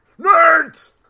Nerds